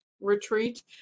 retreat